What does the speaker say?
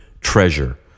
treasure